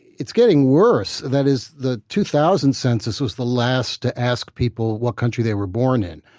it's getting worse. that is, the two thousand census was the last to ask people what country they were born in.